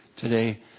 today